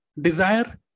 desire